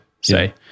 say